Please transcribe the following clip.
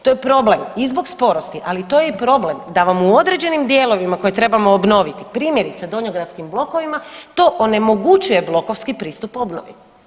To je problem i zbog sporosti, ali to je i problem da vam u određenim dijelovima koje trebamo obnoviti, primjerice, donjogradskim blokovima, to onemogućuje blokovski pristup obnovi.